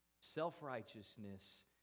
Self-righteousness